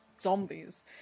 zombies